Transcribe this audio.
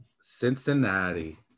Cincinnati